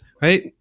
right